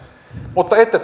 mutta ette